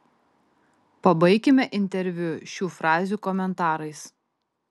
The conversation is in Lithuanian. pabaikime interviu šių frazių komentarais